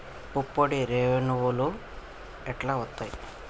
పుప్పొడి రేణువులు ఎట్లా వత్తయ్?